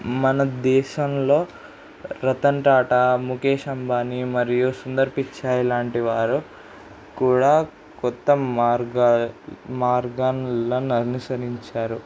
మన దేశంలో రతన్ టాటా ముకేష్ అంబానీ మరియు సుందర్ పిచాయ్ లాంటి వారు కూడా కొత్త మార్గా మార్గాలను అసరించారు